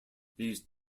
these